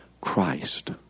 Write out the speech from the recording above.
Christ